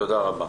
תודה רבה.